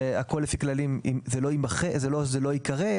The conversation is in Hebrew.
זה לא שזה לא ייקרא,